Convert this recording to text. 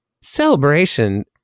Celebration